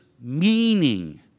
meaning